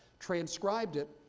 transcribed it,